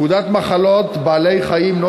פקודת מחלות בעלי-חיים ,